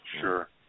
Sure